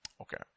Okay